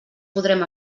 podrem